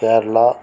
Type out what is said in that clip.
Kerala